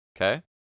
Okay